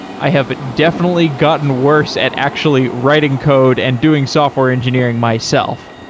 i have definitely gotten worse at actually writing code and doing software engineering myself.